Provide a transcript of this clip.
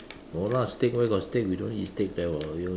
no lah steak where got steak we don't eat steak there [what]